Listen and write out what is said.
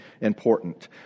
important